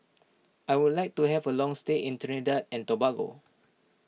I would like to have a long stay in Trinidad and Tobago